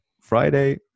friday